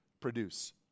produce